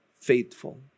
faithful